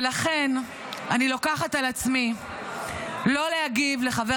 ולכן אני לוקחת על עצמי לא להגיב לחבר